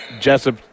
Jessup